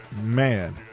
Man